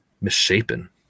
misshapen